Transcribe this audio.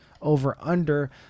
over-under